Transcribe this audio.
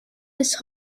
bis